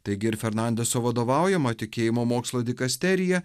taigi ir fernandeso vadovaujama tikėjimo mokslo dikasterija